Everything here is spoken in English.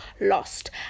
lost